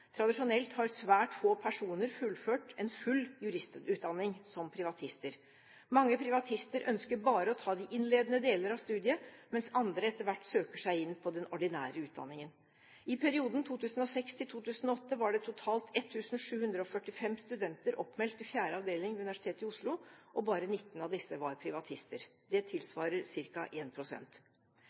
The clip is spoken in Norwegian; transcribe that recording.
Tradisjonelt har svært få personer fullført en full juristutdanning som privatister. Mange privatister ønsker bare å ta de innledende deler av studiet, mens andre etter hvert søker seg inn på den ordinære utdanningen. I perioden 2006–2008 var det totalt 1 745 studenter oppmeldt til fjerde avdeling ved Universitetet i Oslo, og bare 19 av disse var privatister. Det tilsvarer